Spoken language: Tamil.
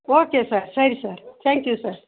ஓகே சார் சரி சார் தேங்க்யூ சார்